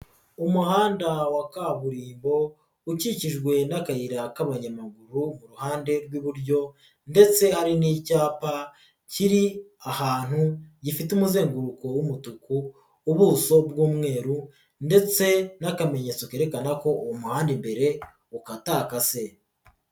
Umuhanda wa kaburimbo ukikijwe n'akayira k'abanyamaguru mu ruhande rw'iburyo ndetse hari n'icyapa kiri ahantu gifite umuzenguruko w'umutuku, ubuso bw'umweru ndetse n'akamenyetso kerekana ko uwo muhanda imbere ukatakase.